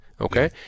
okay